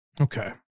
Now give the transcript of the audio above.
Okay